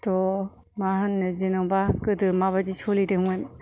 थ' मा होननो जेनेबा गोदो माबायदि सोलिदोंमोन